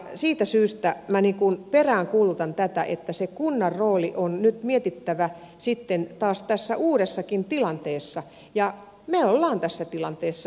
siitä syystä minä peräänkuulutan tätä että se kunnan rooli on nyt mietittävä tässä uudessakin tilanteessa ja me olemme tässä tilanteessa